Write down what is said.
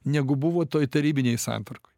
negu buvo toj tarybinėj santvarkoj